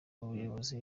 abayobozi